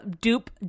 dupe